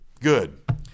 Good